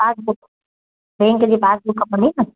पास book bank जी pass book खपंदी न